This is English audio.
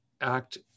act